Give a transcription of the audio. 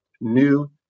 new